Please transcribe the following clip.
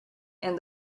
and